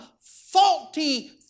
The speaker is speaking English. faulty